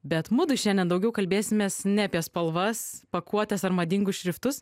bet mudu šiandien daugiau kalbėsimės ne apie spalvas pakuotes ar madingus šriftus